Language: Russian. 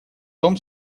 том